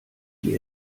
die